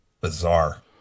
Bizarre